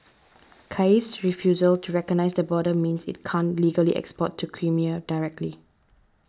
Kiev's refusal to recognise the border means it can't legally export to Crimea directly